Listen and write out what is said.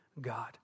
God